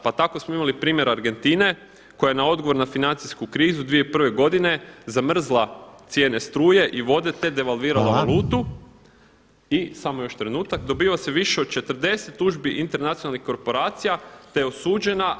Pa tako smo imali primjer Argentine koja je na odgovor na financijsku krizu 2001. godine zamrzila cijene struje i vode, te devalvirala valutu [[Upadica Reiner: Hvala.]] samo još trenutak, dobiva se više od 40 tužbi internacionalnih korporacija, te je osuđena.